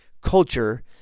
culture